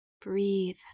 Breathe